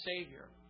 Savior